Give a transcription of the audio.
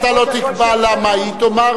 אתה לא תקבע לה מה היא תאמר,